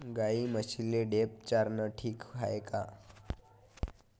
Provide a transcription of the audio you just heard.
गाई म्हशीले ढेप चारनं ठीक हाये का?